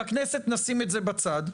בכנסת נשים את זה בצד.